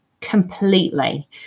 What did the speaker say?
completely